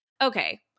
okay